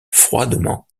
froidement